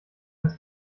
als